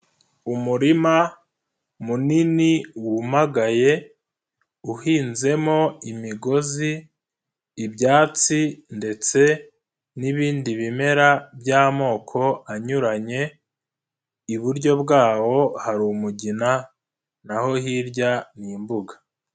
Umurima munini wumagaye uhinzemo imigozi, ibyatsi ndetse n'ibindi bimera by'amoko anyuranye, iburyo bwawo hari umugina na ho hirya ni imbuga.